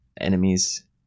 enemies